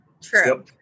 True